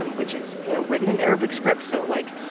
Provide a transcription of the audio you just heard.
um which is, you know, written in arabic script. so like,